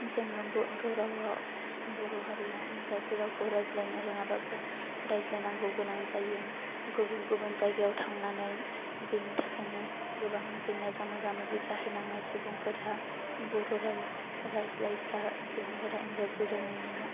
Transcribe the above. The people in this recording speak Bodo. जोङो बर' रावआव बर' हारिया इंराजि रावखौ रायज्लायनो रोङाबाबो रायज्लायनांगौ गोनां जायो गुबुन गुबुन जायगायाव थांनानै बेनि थाखायनो गोबां जेंनाजों मोगा मोगि जाहैनाङो सुबुंफोरहा बर' राव रायज्लायग्रा सुबुंफोरा इंराजि रोङैआव